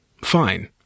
Fine